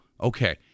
okay